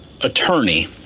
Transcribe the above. attorney